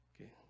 Okay